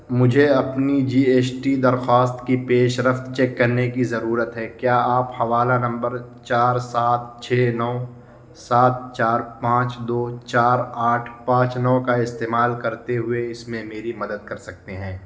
مجھے اپنی G S T درخواست کی پیش رفت چیک کرنے کی ضرورت ہے کیا آپ حوالہ نمبر چار سات چھ نو سات چار پانچ دو چار آٹھ پانچ نو کا استعمال کرتے ہوئے اس میں میری مدد کر سکتے ہیں